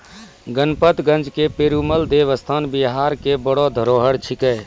गणपतगंज के पेरूमल देवस्थान बिहार के बड़ो धरोहर छिकै